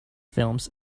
films